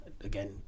again